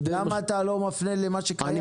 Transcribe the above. למה אתה לא מפנה את הטענה אל מה שקיים?